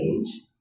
age